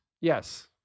Yes